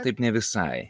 taip ne visai